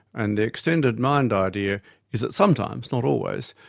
and the extended mind idea is that sometimes, not always,